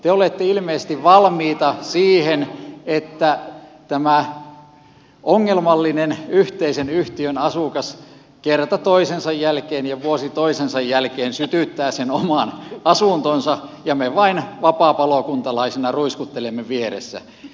te olette ilmeisesti valmiita siihen että tämä ongelmallinen yhteisen yhtiön asukas kerta toisensa jälkeen ja vuosi toisensa jälkeen sytyttää sen oman asuntonsa ja me vain vapaapalokuntalaisina ruiskuttelemme vieressä